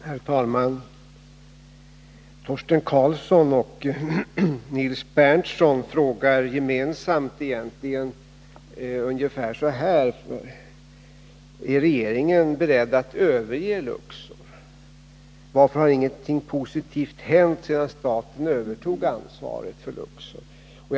Herr talman! Torsten Karlsson och Nils Berndtson frågar egentligen gemensamt ungefär så här: Är regeringen beredd att överge Luxor? Varför har ingenting positivt hänt sedan staten övertog ansvaret för Luxor?